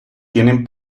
tienen